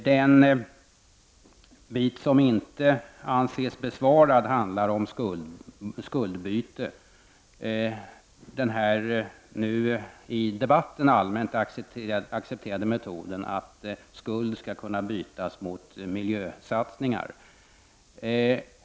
Den del av motionen som inte anses besvarad handlar om skuldbyte, den i debatten nu allmänt accepterade metoden att skuld skall kunna bytas mot miljösatsningar.